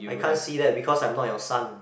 I can't see that because I'm not your son